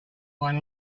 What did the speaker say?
one